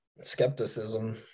skepticism